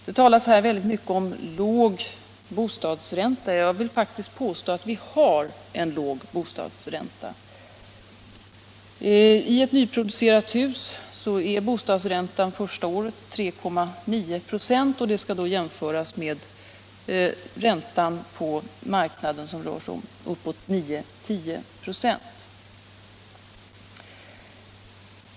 Det talas här väldigt mycket om låg bostadsränta, och jag vill faktiskt påstå att vi har en låg bostadsränta. I ett nyproducerat hus är kapitalräntan första året 3,9 26. Det skall jämföras med räntan på marknaden som rör sig upp emot 9-10 96.